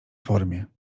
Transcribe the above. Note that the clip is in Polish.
formie